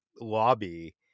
lobby